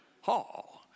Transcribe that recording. hall